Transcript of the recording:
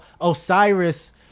Osiris